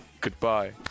Goodbye